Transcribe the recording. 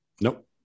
Nope